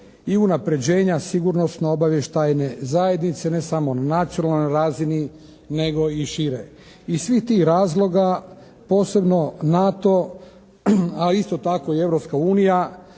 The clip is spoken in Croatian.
i unapređenja sigurnosno-obavještajne zajednice ne samo na nacionalnoj razini nego i šire. Iz svih tih razloga posebno NATO a isto tako i